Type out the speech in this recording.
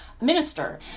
minister